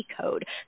code